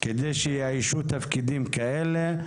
על מנת שיאיישו תפקידים כאלה,